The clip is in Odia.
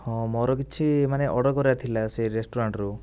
ହଁ ମୋର କିଛି ମାନେ ଅର୍ଡ଼ର କରିବାର ଥିଲା ସେ ରେଷ୍ଟୁରାଣ୍ଟରୁ